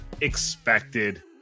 Expected